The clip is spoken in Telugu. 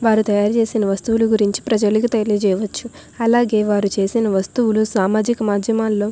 వారు తయారు చేసిన వస్తువులు గురించి ప్రజలకు తెలియచేయవచ్చు అలాగే వారు చేసిన వస్తువులు సామాజిక మాధ్యమాల్లో